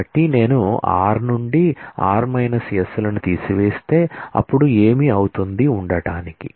కాబట్టి నేను r నుండి r s లను తీసివేస్తే అప్పుడు ఏమి అవుతుంది ఉండటానికి